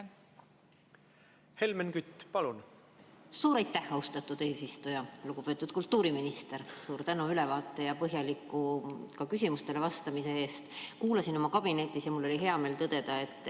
Helmen Kütt, palun! Suur aitäh, austatud eesistuja! Lugupeetud kultuuriminister, suur tänu ülevaate ja põhjaliku küsimustele vastamise eest! Kuulasin oma kabinetis ja mul oli hea meel tõdeda, et